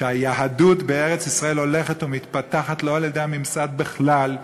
שהיהדות בארץ-ישראל הולכת ומתפתחת לא על-ידי הממסד בכלל.